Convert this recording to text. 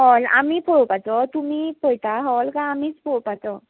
हय आमी पळोवपाचो तुमी पळयता हॉल काय आमीच पळोवपाचो